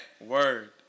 Word